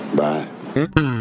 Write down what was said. bye